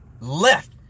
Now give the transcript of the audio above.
left